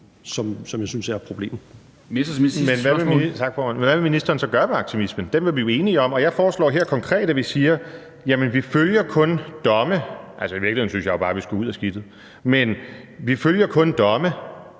(DF): Tak, formand. Men hvad vil ministeren så gøre ved aktivismen? Den var vi jo enige om. Jeg foreslår her konkret, at vi siger, at vi kun følger domme – i virkeligheden synes jeg jo bare, at vi skulle ud af skidtet – som har været